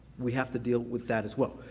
we have to deal with that as well.